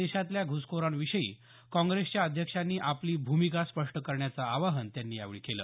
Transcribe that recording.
देशातल्या घुसखोरांविषयी काँग्रेसच्या अध्यक्षांनी आपली भूमिका स्पष्ट करण्याचं आवाहन त्यांनी यावेळी केलं